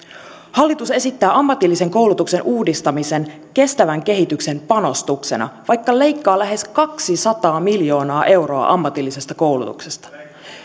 hallitus esittää ammatillisen koulutuksen uudistamisen kestävän kehityksen panostuksena vaikka leikkaa lähes kaksisataa miljoonaa euroa ammatillisesta koulutuksesta